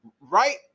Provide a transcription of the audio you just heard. right